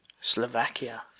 Slovakia